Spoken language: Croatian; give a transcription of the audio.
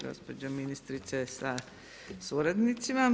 Gospođa ministrice sa suradnicima.